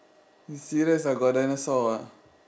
serious ah got dinosaur ah